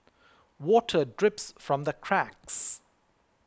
water drips from the cracks